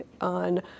on –